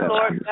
Lord